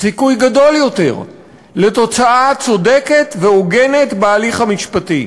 סיכוי גדול יותר לתוצאה צודקת והוגנת בהליך המשפטי.